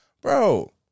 bro